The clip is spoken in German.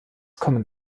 kommen